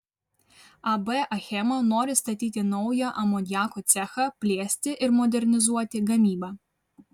ab achema nori statyti naują amoniako cechą plėsti ir modernizuoti gamybą